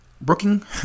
Brooking